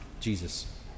Jesus